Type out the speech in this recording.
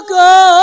go